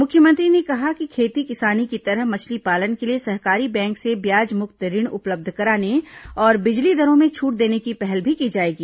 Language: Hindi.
मुख्यमंत्री ने कहा कि खेती किसानी की तरह मछली पालन के लिए सहकारी बैंक से ब्याज मुक्त ऋण उपलब्ध कराने और बिजली दरों में छूट देने की पहल भी की जाएगी